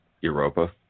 Europa